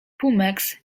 pumeks